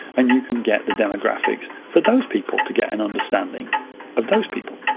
and you can get the demographics for those people, to get an understanding of those people.